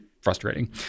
frustrating